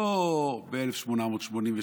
לא ב-1883,